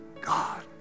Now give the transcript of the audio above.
God